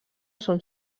són